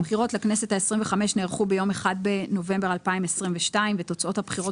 הבחירות לכנסת ה-25 נערכו ביום 1 בנובמבר 2022 ותוצאות הבחירות